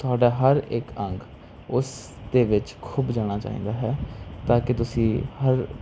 ਤੁਹਾਡਾ ਹਰ ਇੱਕ ਅੰਗ ਉਸ ਦੇ ਵਿੱਚ ਖੁੱਭ ਜਾਣਾ ਚਾਹੀਦਾ ਹੈ ਤਾਂ ਕਿ ਤੁਸੀਂ ਹਰ